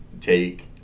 take